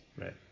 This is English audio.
Right